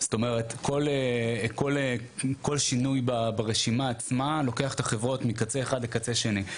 זאת אומרת כל שינוי ברשימה עצמה לוקח את החברות מקצה אחד לקצה שני.